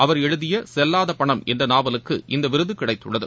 அவர் எழுதிய செல்லாத பணம் என்ற நாவலுக்கு இந்த விருது கிடைத்துள்ளது